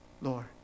Lord